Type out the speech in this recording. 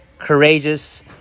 Courageous